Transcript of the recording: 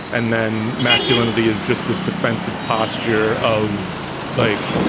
and then masculinity is just this defensive posture of like